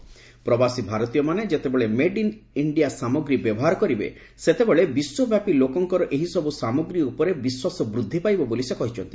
ତେବେ ପ୍ରବାସୀ ଭାରତୀୟମାନେ ଯେତେବେଳେ ମେଡ୍ ଇନ୍ ଇଣ୍ଡିଆ ଉତ୍ପାଦ ବ୍ୟବହାର କରିବେ ସେତେବେଳେ ବିଶ୍ୱବ୍ୟାପୀ ଲୋକଙ୍କର ଏହିସବୁ ସାମଗ୍ରୀ ଉପରେ ବିଶ୍ୱାସ ବୃଦ୍ଧି ପାଇବ ବୋଲି ସେ କହିଛନ୍ତି